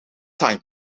time